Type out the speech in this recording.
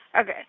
Okay